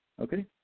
okay